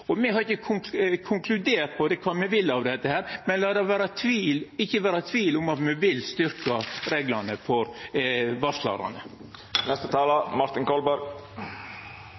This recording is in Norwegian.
Me har ikkje konkludert på kva me vil ha, men la det ikkje vera tvil om at me vil styrkja reglane for